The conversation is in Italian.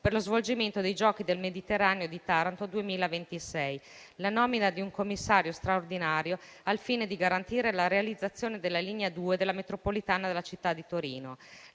per lo svolgimento dei Giochi del Mediterraneo di Taranto 2026; la nomina di un commissario straordinario al fine di garantire la realizzazione della linea 2 della metropolitana della città di Torino;